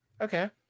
Okay